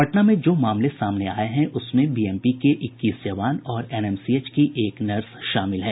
पटना में जो मामले सामने आये हैं उसमे बीएमपी के इक्कीस जवान और एनएमसीएच की एक नर्स शामिल हैं